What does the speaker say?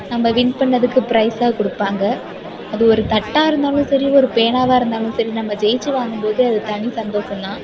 நம்ப வின் பண்ணதுக்கு ஃப்ரைஸாக கொடுப்பாங்க அது ஒரு தட்டாக இருந்தாலும் சரி ஒரு பேனாவாக இருந்தாலும் சரி நம்ம ஜெயிச்சு வாங்கும்போது அது தனி சந்தோஷம் தான்